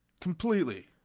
Completely